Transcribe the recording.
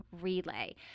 relay